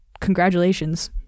congratulations